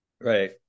Right